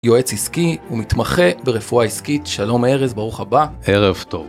יועץ עסקי ומתמחה ברפואה עסקית, שלום ארז, ברוך הבא, ערב טוב.